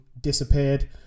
disappeared